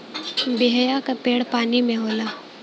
बेहया क पेड़ पानी में होला